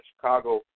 Chicago